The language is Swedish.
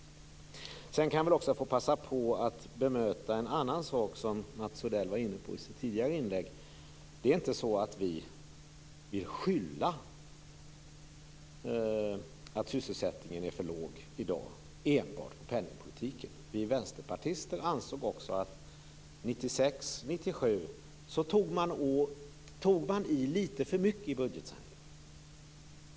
Sedan vill jag passa på att bemöta en annan sak som Mats Odell var inne på i sitt anförande. Vi vill inte skylla den alltför låga sysselsättningen enbart på penningpolitiken. Vi vänsterpartister anser också att man tog i lite för mycket 1996 och 1997 i budgetsaneringen.